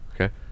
Okay